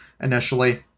initially